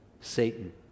Satan